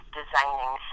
designing